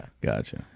gotcha